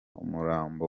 umurambo